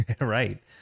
Right